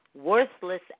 worthless